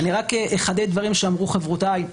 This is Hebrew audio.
אני רק אחדד דברים שאמרו חברותיי.